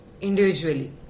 individually